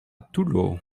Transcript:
toulaud